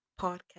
podcast